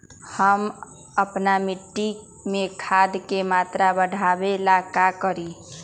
हम अपना मिट्टी में खाद के मात्रा बढ़ा वे ला का करी?